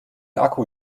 akku